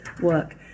work